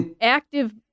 active